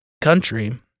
country